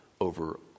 over